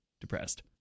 depressed